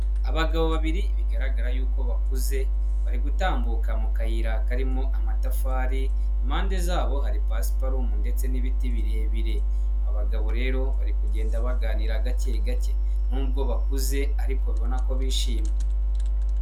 Abagabo babiri bigaragara yuko bakuze bari gutambuka mu kayira karimo amatafari, impande zabo hari pasiparumu ndetse n'ibiti birebire, abagabo rero bari kugenda baganira gake gake nubwo bakuze ariko urabona ko bishimye.